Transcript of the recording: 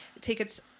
Tickets